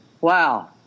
wow